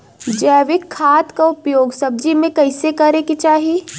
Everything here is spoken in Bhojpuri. जैविक खाद क उपयोग सब्जी में कैसे करे के चाही?